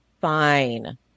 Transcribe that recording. fine